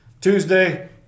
Tuesday